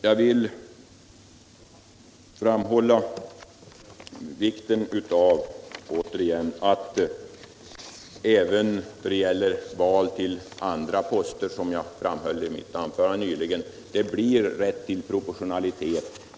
Jag vill åter igen framhålla vikten av att det även då det gäller val till andra poster blir rätt till proportionalitet.